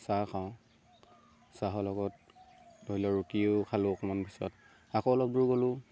চাহ খাওঁ চাহৰ লগত ধৰি ল ৰুটিও খালোঁ অকণমান পিছত আকৌ অলপ দূৰ গ'লো